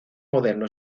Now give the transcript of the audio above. moderno